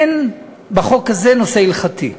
אין בחוק הזה נושא הלכתי.